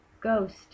ghost